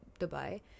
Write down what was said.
Dubai